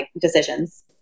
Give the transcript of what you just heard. decisions